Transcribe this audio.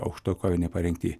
aukštoj kovinėj parengty